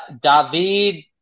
David